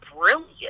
brilliant